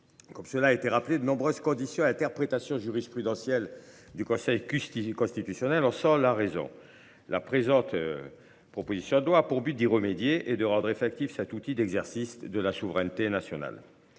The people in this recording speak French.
Comme cela a été rappelé, de nombreuses conditions et interprétations jurisprudentielles du Conseil constitutionnel expliquent cette situation. La présente proposition de loi a pour objet d’y remédier et de rendre effectif cet outil d’exercice de la souveraineté nationale.